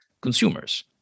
consumers